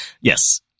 Yes